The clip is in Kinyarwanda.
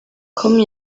com